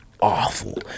awful